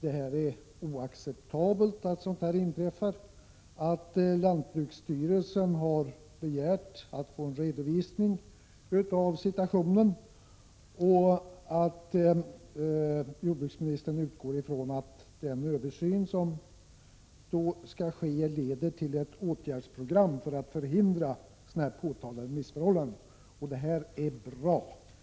det är oacceptabelt att sådant här inträffar, att lantbruksstyrelsen har begärt att få en redovisning av situationen och att jordbruksministern utgår från att den översyn som skall ske leder till ett åtgärdsprogram för att förhindra påtalade missförhållanden.